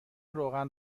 روغن